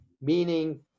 meaning